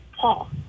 Paul